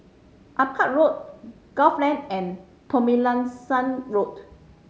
Akyab Road Gul Lane and Tomlinson Road